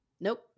Nope